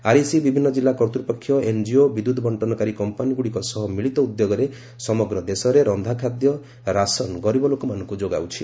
REC ବିଭିନ୍ନ ଜିଲ୍ଲା କର୍ତ୍ତୃପକ୍ଷ ଏନ୍କିଓ ବିଦ୍ୟୁତ୍ ବଣ୍ଟନକାରୀ କମ୍ପାନୀଗୁଡ଼ିକ ସହ ମିଳିତ ଉଦ୍ୟୋଗରେ ସମଗ୍ର ଦେଶରେ ରନ୍ଧାଖାଦ୍ୟ ଓ ରାସନ ଗରିବ ଲୋକମାନଙ୍କୁ ଯୋଗାଉଛି